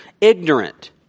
ignorant